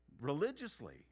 religiously